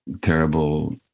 terrible